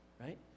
right